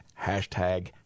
Hashtag